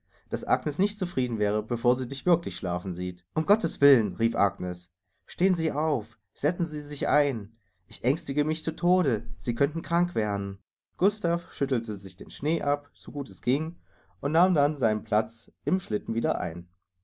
daß agnes nicht zufrieden wäre bevor sie dich wirklich schlafen sieht um gotteswillen rief agnes stehen sie auf setzen sie sich ein ich ängstige mich zu tode sie könnten krank werden gustav schüttelte sich den schnee ab so gut es ging und nahm dann seinen platz im schlitten wieder ein